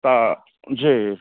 तऽ जे